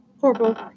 Horrible